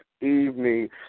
evening